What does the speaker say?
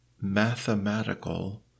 mathematical